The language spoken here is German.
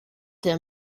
der